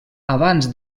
abans